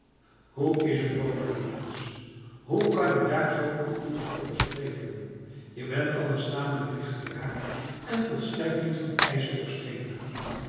hoe is het mogelijk mens hoe kan je daar zo koelbloedig over spreken je bent anders tamelijk lichtgeraakt en volstrekt niet van ijzer of steen